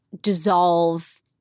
dissolve